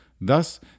Thus